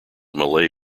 malay